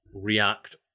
react